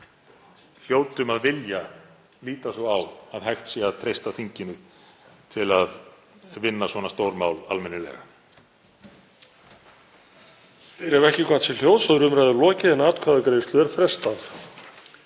hljótum að vilja líta svo á að hægt sé að treysta þinginu til að vinna svona stór mál almennilega.